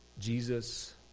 Jesus